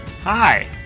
Hi